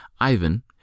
Ivan